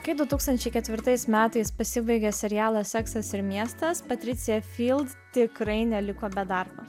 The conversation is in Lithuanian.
kai du tūkstančiai metais pasibaigė serialas seksas ir miestas patricija tikrai neliko be darbo